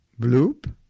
Bloop